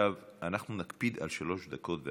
עכשיו נקפיד על שלוש דקות,